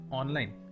online